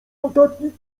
notatnik